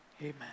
Amen